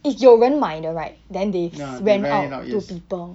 if 有人买的 right then they rent out to people